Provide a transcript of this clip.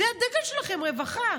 זה הדגל שלכם, רווחה.